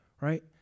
right